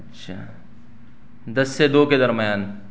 اچھا دس سے دو کے درمیان